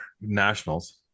nationals